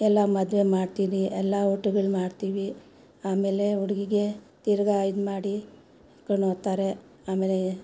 ಎಲ್ಲ ಮದುವೆ ಮಾಡ್ತೀವಿ ಎಲ್ಲ ಊಟಗಳು ಮಾಡ್ತೀವಿ ಆಮೇಲೆ ಹುಡುಗಿಗೆ ತಿರುಗ ಇದು ಮಾಡಿ ಕಣೊತ್ತಾರೆ ಹೋಗ್ತಾರೆ ಆಮೇಲೆ